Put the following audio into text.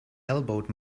elbowed